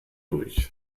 durch